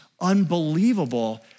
unbelievable